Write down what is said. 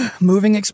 moving